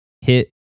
hit